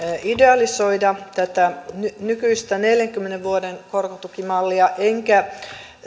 idealisoida tätä nykyistä neljänkymmenen vuoden korkotukimallia enkä